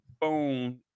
phone